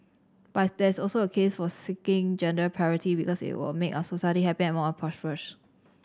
but there is also a case for seeking gender parity because it will make our society happier and more prosperous